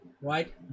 right